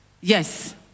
Yes